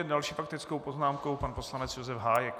S další faktickou poznámkou pan poslanec Josef Hájek.